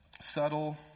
subtle